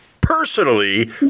personally